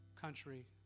country